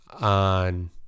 on